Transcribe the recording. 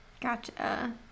Gotcha